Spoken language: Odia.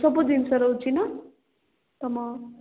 ସବୁ ଜିନିଷ ରହୁଛି ନା ତମ